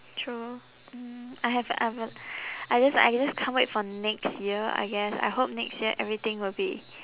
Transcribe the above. true mm I have a I wi~ I just like I just can't wait for next year I guess I hope next year everything will be